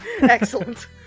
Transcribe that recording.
Excellent